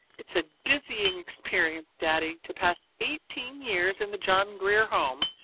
it's a dizzying experience, daddy, to pass eighteen years in the john grier home,